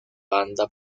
banda